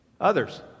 Others